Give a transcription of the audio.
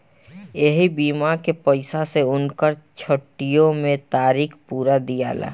ऐही बीमा के पईसा से उनकर छुट्टीओ मे तारीख पुरा दियाला